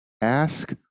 Ask